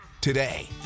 today